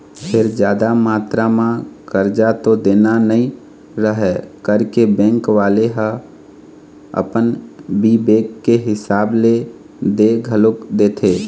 फेर जादा मातरा म करजा तो देना नइ रहय करके बेंक वाले ह अपन बिबेक के हिसाब ले दे घलोक देथे